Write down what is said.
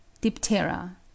diptera